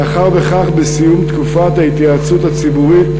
מאחר שכך, בסיום תקופת ההתייעצות הציבורית,